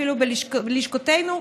אפילו בלשכותינו?